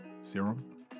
serum